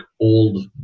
old